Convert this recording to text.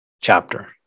chapter